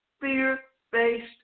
fear-based